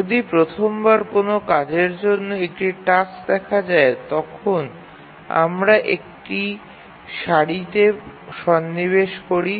যদি প্রথম বার কোনও কাজের জন্য একটি টাস্ক দেখা দেয় তখন আমরা এটি সারিতে সন্নিবেশ করি